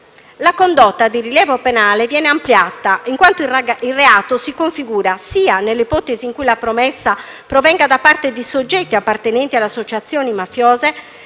La condotta di rilievo penale viene ampliata, in quanto il reato si configura sia nell'ipotesi in cui la promessa provenga da parte di soggetti appartenenti alle associazioni mafiose,